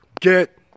get